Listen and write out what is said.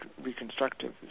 reconstructive